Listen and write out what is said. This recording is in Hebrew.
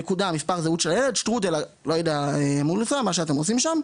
מספר זהות של הילד@ ---, מה שאתם רוצים שם,